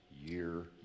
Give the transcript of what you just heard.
year